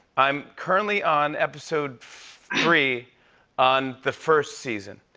i'm currently on episode three on the first season.